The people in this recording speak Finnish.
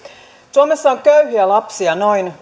suomessa on köyhiä lapsia noin